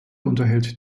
unterhält